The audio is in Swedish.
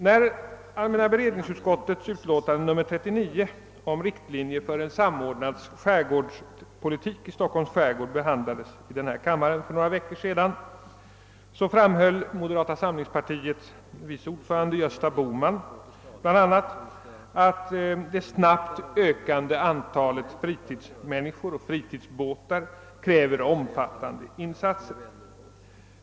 När allmänna beredningsutskottets utlåtande nr 39 om riktlinjer för en samordnad skärgårdspolitik i Stockholms skärgård behandlades i denna kammare för några veckor sedan framhöll moderata samlingspartiets vice ordförande Gösta Bohman bl.a. att det snabbt ökande antalet fritidsmänniskor och fritidsbåtar kräver omfattande insatser.